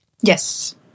Yes